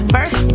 First